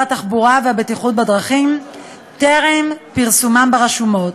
התחבורה והבטיחות בדרכים טרם פרסומם ברשומות.